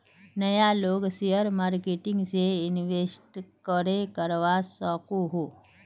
नय लोग share marketing में इंवेस्ट करे करवा सकोहो?